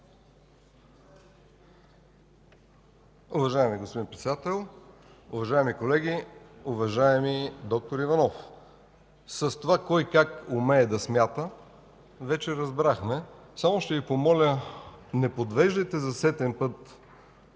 Уважаеми господин Председател, уважаеми колеги, уважаеми д-р Иванов. Това кой как умее да смята вече разбрахме. Само ще Ви помоля – не подвеждайте за сетен път